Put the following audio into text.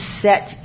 set